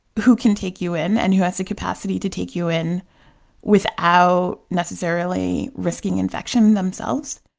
who can take you in? and who has the capacity to take you in without necessarily risking infection themselves?